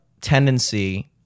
tendency